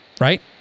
right